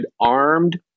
armed